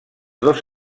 dos